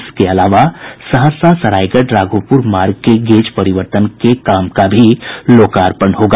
इसके अलावा सहरसा सरायगढ़ राघोपुर मार्ग के गेज परिवर्तन कार्य का भी लोकार्पण होगा